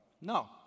no